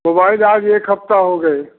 mobile आज एक हफ़्ता हो गया यह